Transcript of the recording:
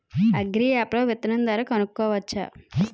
Agri app లో విత్తనం ధర కనుకోవచ్చా?